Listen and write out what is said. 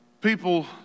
people